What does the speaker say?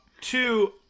Two